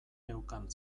neukan